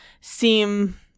seem